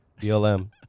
BLM